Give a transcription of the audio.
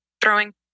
throwing